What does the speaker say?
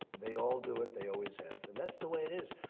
they all do it. they always have and that's the way it is.